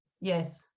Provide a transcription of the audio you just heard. Yes